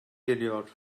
geliyor